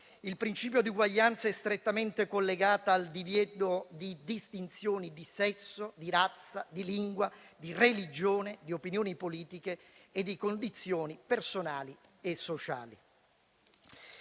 Il principio di uguaglianza è strettamente collegato al divieto di distinzioni di sesso, di razza, di lingua, di religione, di opinioni politiche e di condizioni personali e sociali.